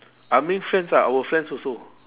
ah ming friends ah our friends also